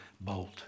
Bolt